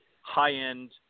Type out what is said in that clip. high-end